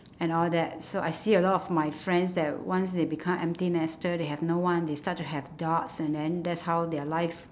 and all that so I see a lot of my friends that once they become empty nester they have no one they start to have dogs and then that's how their life